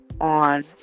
on